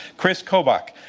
kris kobach,